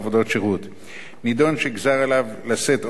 נידון שנגזר עליו לשאת עונש מאסר בפועל בדרך של